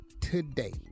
today